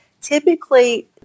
Typically